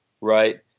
right